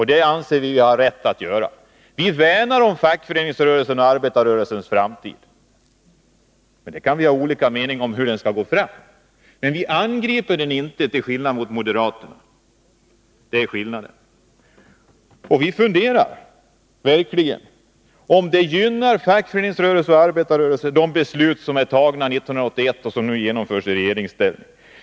Det anser vi att vi har rätt att göra. Vi värnar om fackföreningsrörelsens och arbetarrörelsens framtid. Trots detta kan vi ha olika meningar om hur fackföreningsrörelsen skall gå fram. Men vi angriper den inte till skillnad från moderaterna. Vi undrar verkligen om de beslut som fattades 1981 och som nu genomförs av socialdemokraterna i regeringsställning gynnar fackföreningsrörelsen och arbetarrörelsen.